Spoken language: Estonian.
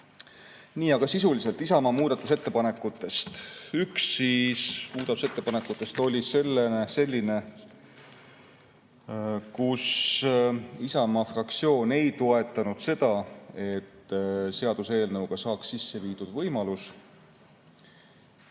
Nii, aga sisuliselt Isamaa muudatusettepanekutest. Üks muudatusettepanekutest oli selline, kus Isamaa fraktsioon ei toetanud seda, et seaduseelnõuga saaks sisse viidud võimalus